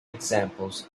examples